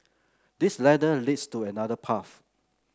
this ladder leads to another path